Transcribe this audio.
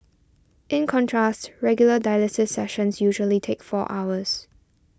in contrast regular dialysis sessions usually take four hours